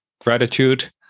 gratitude